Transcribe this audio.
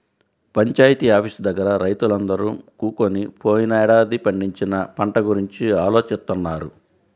panchayat office దగ్గర రైతులందరూ కూకొని పోయినేడాది పండించిన పంట గురించి ఆలోచిత్తన్నారు